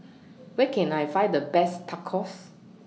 Where Can I Find The Best Tacos